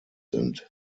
sind